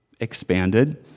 expanded